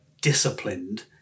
disciplined